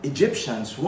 Egyptians